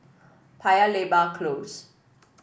Paya Lebar Close